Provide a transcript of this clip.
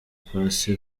paccy